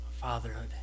fatherhood